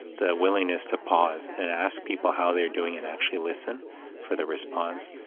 the willingness to pause, and ask people how they're doing and actually listen for the response.